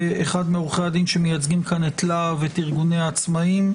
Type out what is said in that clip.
אחד מעורכי הדין שמייצגים פה את ארגוני העצמאיים,